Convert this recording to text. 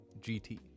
GT